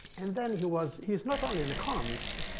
and then, he was he's not only an economist.